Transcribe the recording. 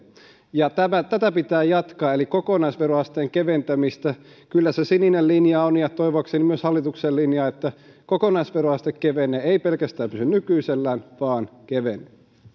ja tätä eli kokonaisveroasteen keventämistä pitää jatkaa kyllä se sininen linja ja toivoakseni myös hallituksen linja on että kokonaisveroaste kevenee ei pelkästään pysy nykyisellään vaan kevenee